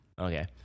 Okay